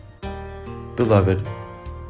Beloved